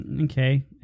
Okay